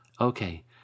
Okay